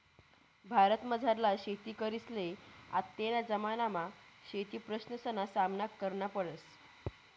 भारतमझारला शेतकरीसले आत्तेना जमानामा शेतीप्रश्नसना सामना करना पडस